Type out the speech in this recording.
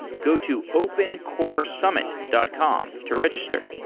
go to opencoresummit dot com to register.